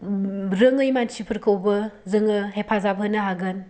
रोङै मानसिफोरखौबो जोङो हेफाजाब होनो हागोन